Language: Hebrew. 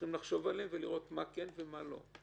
לחשוב עליהן ולראות מה כן ומה לא.